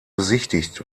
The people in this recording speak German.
besichtigt